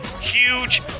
huge